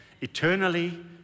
Eternally